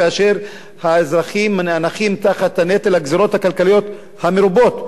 כאשר האזרחים נאנקים תחת נטל הגזירות הכלכליות המרובות,